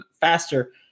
faster